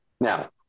Now